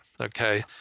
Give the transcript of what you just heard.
okay